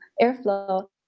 airflow